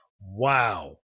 Wow